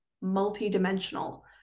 multi-dimensional